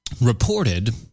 reported